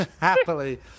happily